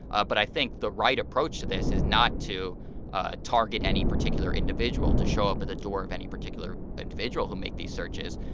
ah but i think the right approach to this is not to ah target any particular individual to show up at the door of any particular individual who make these searches.